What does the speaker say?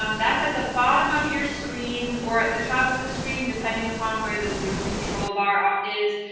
um that's at the bottom of your screen, or at the top of the screen depending upon where the zoom control bar ah is,